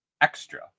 Extra